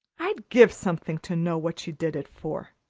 i'd give something to know what she did it for.